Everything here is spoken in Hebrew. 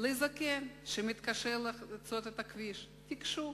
לזקן שמתקשה לחצות את הכביש תיגשו